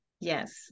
Yes